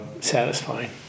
satisfying